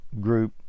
group